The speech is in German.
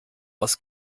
aus